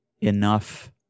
enough